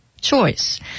Choice